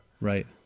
right